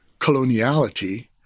coloniality